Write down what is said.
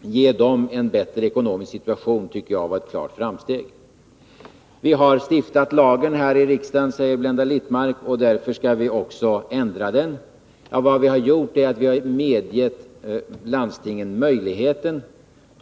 ge dem en bättre ekonomisk situation tycker jag var ett klart framsteg. Vi har här i riksdagen stiftat lagen, sade Blenda Littmarck, och därför skall vi också ändra den. Vad vi har gjort är att vi har givit landstingen möjligheten att differentiera vårdavgifterna.